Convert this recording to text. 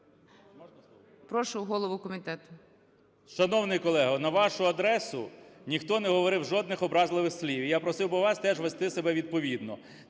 Прошу голову комітету.